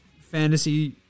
fantasy